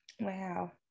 Wow